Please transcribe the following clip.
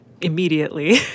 immediately